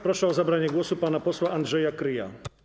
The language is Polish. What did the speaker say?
Proszę o zabranie głosu pana posła Andrzeja Kryja.